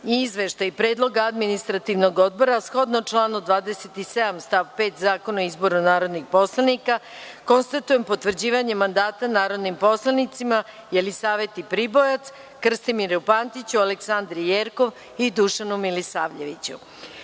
i Izveštaja predloga Administrativnog odbora, a shodno članu 27. stav 5. Zakona o izboru narodnih poslanika, konstatujem potvrđivanje mandata narodim poslanicima Jelisaveti Pribojac, Krstimiru Pantiću, Aleksandri Jerkov i Dušanu Milisavljeviću. Čestitam